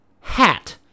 hat